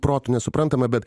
protu nesuprantama bet